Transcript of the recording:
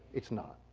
it's not.